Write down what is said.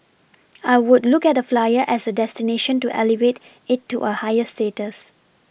I would look at the Flyer as a destination to elevate it to a higher status